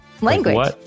language